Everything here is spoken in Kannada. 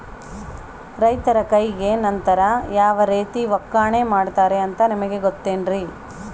ರೈತರ ಕೈಗೆ ನಂತರ ಯಾವ ರೇತಿ ಒಕ್ಕಣೆ ಮಾಡ್ತಾರೆ ಅಂತ ನಿಮಗೆ ಗೊತ್ತೇನ್ರಿ?